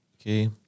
Okay